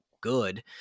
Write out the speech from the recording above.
good